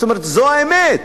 זאת אומרת, זו האמת.